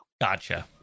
Gotcha